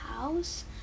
house